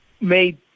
made